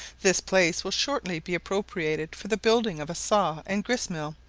this place will shortly be appropriated for the building of a saw and grist-mill,